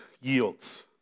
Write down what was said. yields